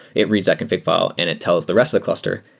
it reads that config file and it tells the rest of the cluster,